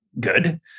good